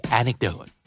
anecdote